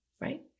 Right